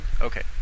Okay